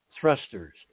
thrusters